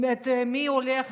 מי הולך,